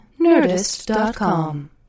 Nerdist.com